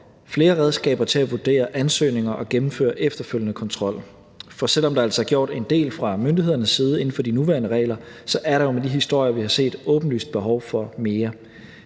flere redskaber til at vurdere ansøgninger og gennemføre efterfølgende kontrol, for selv om der altså er gjort en del fra myndighedernes side inden for de nuværende regler, er der jo med de historier, vi har set, åbenlyst behov for mere.